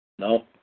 No